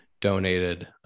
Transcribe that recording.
donated